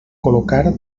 col·locar